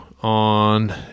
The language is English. on